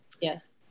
yes